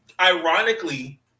Ironically